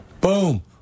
boom